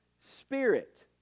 Spirit